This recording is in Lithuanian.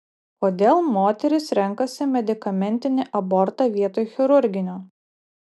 kodėl moterys renkasi medikamentinį abortą vietoj chirurginio